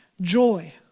joy